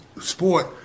sport